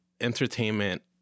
entertainment